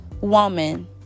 woman